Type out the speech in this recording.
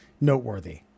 noteworthy